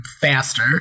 faster